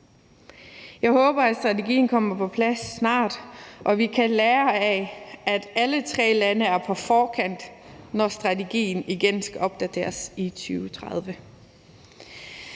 Jeg håber, at strategien kommer på plads snart, og at vi kan lære, at alle tre lande er på forkant, når strategien igen skal opdateres i 2030.